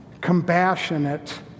compassionate